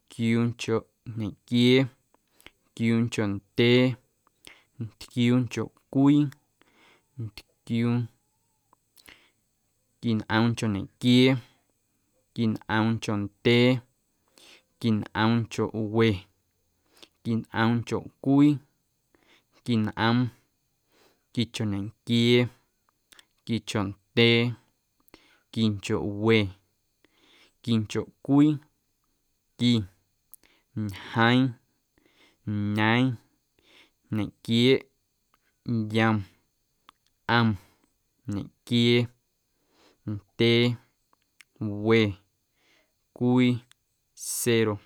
ntquiuuncho ñequiee, ntquiuuncho ndyee, ntquiuuncho cwii, ntquiuu, nquinꞌoomncho ñequiee, nquinꞌoomncho ndyee, nquinꞌoomncho we, nquinꞌoomncho cwii, nquinꞌoom, quinchoñequiee, quinchondyee, quinchowe, quinchocwii, qui, ñjeeⁿ, ñeeⁿ, nequieeꞌ, yom, ꞌom, ñequiee, ndyee, we, cwii, cero.